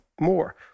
more